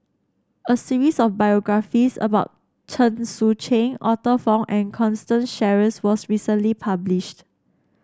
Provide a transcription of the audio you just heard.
a series of biographies about Chen Sucheng Arthur Fong and Constance Sheares was recently published